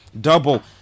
double